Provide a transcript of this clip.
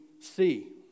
see